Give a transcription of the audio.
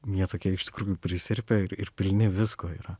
jie tokie iš tikrųjų prisirpę ir ir pilni visko yra